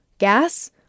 gas